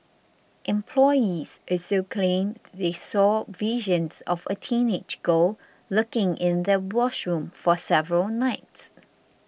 employees also claimed they saw visions of a teenage girl lurking in the washroom for several nights